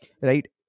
Right